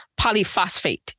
polyphosphate